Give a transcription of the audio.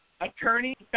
attorney